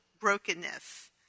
brokenness